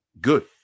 good